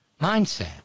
mindset